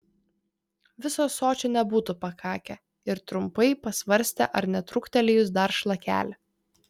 viso ąsočio nebūtų pakakę ir trumpai pasvarstė ar netrūktelėjus dar šlakelį